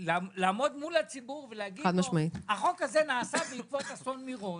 לעמוד מול הציבור ולהגיד לו שהחוק הזה נעשה בעקבות אסון מירון,